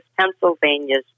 Pennsylvania's